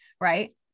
Right